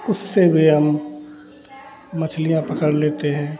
उससे भी हम मछलियाँ पकड़ लेते हैं